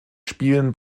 spielen